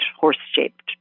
horse-shaped